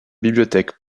bibliothèques